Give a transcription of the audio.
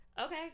okay